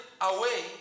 away